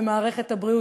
במערכת הבריאות,